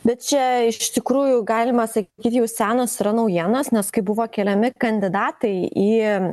bet čia iš tikrųjų galima sakyt jau senos naujienos nes kai buvo keliami kandidatai į